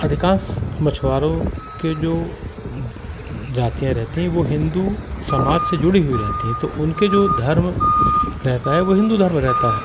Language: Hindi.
अधिकांश मछुआरे की जो जातियाँ रहती हैं वो हिन्दू समाज से जुड़ी हुई रहती हैं तो उनका जो धर्म रहता है वो हिन्दू धर्म रहता है